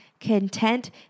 content